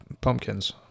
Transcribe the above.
pumpkins